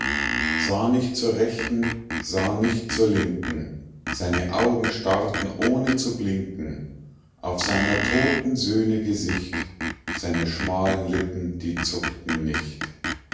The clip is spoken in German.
sah nicht zur rechten sah nicht zur linken seine augen starrten ohne zu blinken auf seiner toten söhne gesicht seine schmalen lippen die zuckten nicht